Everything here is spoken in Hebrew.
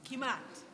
כמעט.